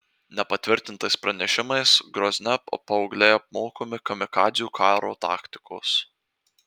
nepatvirtintais pranešimais grozne paaugliai apmokomi kamikadzių karo taktikos